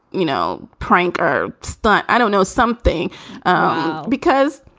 you know, prank or stunt? i don't know something because,